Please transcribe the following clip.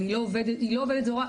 אבל היא לא עובדת זרה,